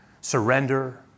surrender